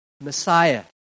Messiah